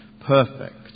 perfect